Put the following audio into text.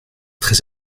très